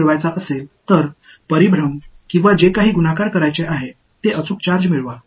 நீங்கள் சரியான மேற்பரப்பைப் பெற விரும்பினால் சரியான சார்ஜ் ஐ பெறுங்கள் நீங்கள் சுற்றளவு அல்லது எதுவாக இருந்தாலும் பெருக்க வேண்டும்